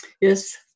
Yes